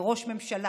וראש ממשלה,